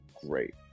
great